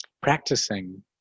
practicing